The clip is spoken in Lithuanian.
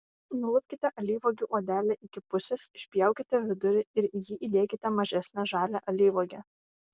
nulupkite alyvuogių odelę iki pusės išpjaukite vidurį ir į jį įdėkite mažesnę žalią alyvuogę